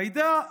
ג'ידא,